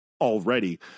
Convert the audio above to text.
already